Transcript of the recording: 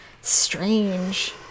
Strange